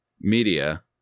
media